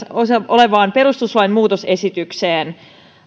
olevaan perustuslain muutosesitykseen